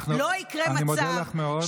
אני מודה לך מאוד.